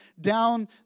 down